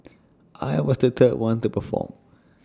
I was the third one to perform